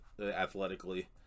athletically